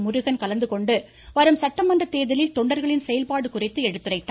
முருகன் கலந்துகொண்டு வரும் சட்டமன்ற தேர்தலில் தொண்டர்களின் செயல்பாடு குறித்து எடுத்துரைத்தார்